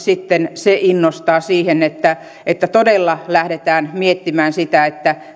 se sitten innostaa siihen että että todella lähdetään miettimään sitä